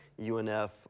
UNF